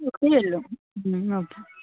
okay